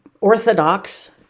Orthodox